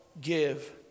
give